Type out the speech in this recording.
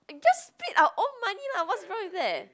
just split our own money lah what's wrong with that